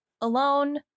alone